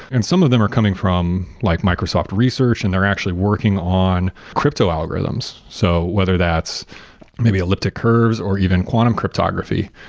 and some of them are coming from like microsoft research and they're actually working on crypto-algorithms, so whether that's maybe elliptic curves, or even quantum cryptography.